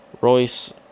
Royce